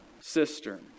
cistern